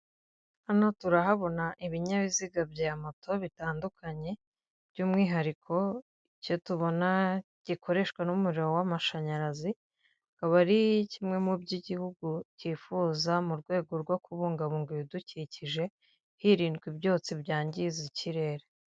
Hano turahabona ibinyabiziga bya moto bitandukanye, by'umwihariko icyo tubona gikoreshwa n'umuriro w'amashanyarazi, akaba ari kimwe mu byo igihugu cyifuza, mu rwego rwo kubungabunga ibidukikije, hirindwa ibyotsi byangiza ikirere.